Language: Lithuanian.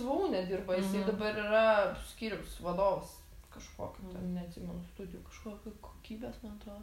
vuūne dirba jisai dabar yra skyriaus vadovas kažkokių neatsimenu studijų kažkokiu kokybės man atro